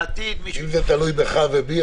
לעתיד --- אם זה תלוי בך ובי,